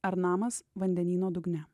ar namas vandenyno dugne